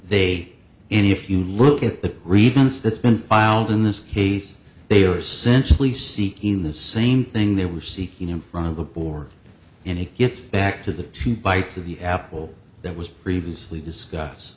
they and if you look at the reasons that's been filed in this case they are centrally seeking the same thing they were seeking in front of the board and it gets back to the two bites of the apple that was previously discuss